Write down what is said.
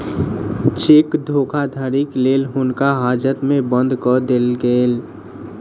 cheque धोखाधड़ीक लेल हुनका हाजत में बंद कअ देल गेलैन